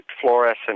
fluorescent